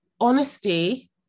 Honesty